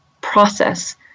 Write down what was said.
process